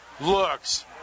Looks